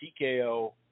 TKO